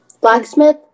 Blacksmith